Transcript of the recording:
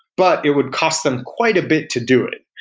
but it would cost them quite a bit to do it.